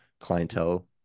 clientele